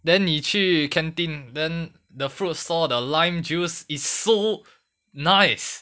then 你去 canteen then the fruit stall the lime juice is so nice